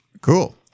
Cool